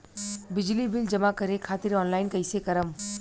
बिजली बिल जमा करे खातिर आनलाइन कइसे करम?